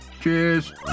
cheers